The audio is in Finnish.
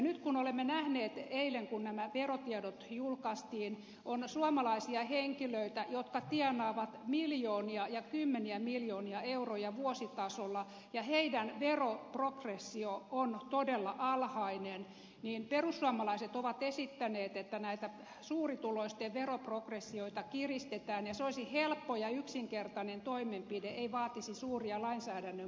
nyt kun olemme nähneet eilen kun nämä verotiedot julkaistiin että on suomalaisia henkilöitä jotka tienaavat miljoonia ja kymmeniä miljoonia euroja vuositasolla ja heidän veroprogressionsa on todella alhainen niin perussuomalaiset ovat esittäneet että näitä suurituloisten veroprogressioita kiristetään ja se olisi helppo ja yksinkertainen toimenpide ei vaatisi suuria lainsäädännön muutoksia